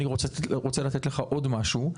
אני רוצה לתת לך עוד משהו,